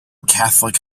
catholic